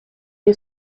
you